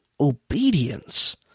obedience